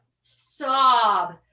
sob